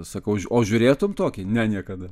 sakau o žiūrėtum tokį ne niekada